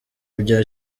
bya